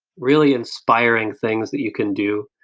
really inspiring things that you can do,